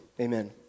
amen